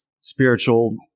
spiritual